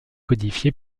codifiée